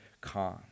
calm